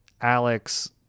Alex